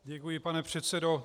Děkuji pane předsedo.